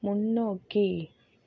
முன்னோக்கி